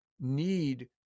need